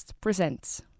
presents